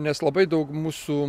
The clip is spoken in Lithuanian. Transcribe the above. nes labai daug mūsų